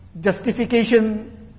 justification